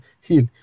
heal